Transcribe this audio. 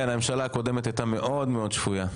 כן, הממשלה הקודמת הייתה מאוד מאוד שפויה.